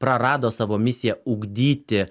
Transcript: prarado savo misiją ugdyti